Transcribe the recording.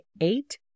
eight